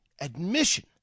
admission